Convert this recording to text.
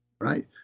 right